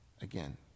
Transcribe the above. again